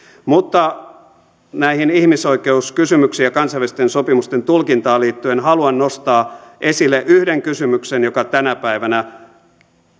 mutta näihin ihmisoikeuskysymyksiin ja kansainvälisten sopimusten tulkintaan liittyen haluan nostaa esille yhden kysymyksen joka tänä päivänä